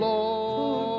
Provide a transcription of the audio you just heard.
Lord